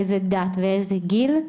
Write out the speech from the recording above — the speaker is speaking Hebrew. איזו דת ואיזה גיל,